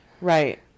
right